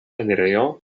enirejo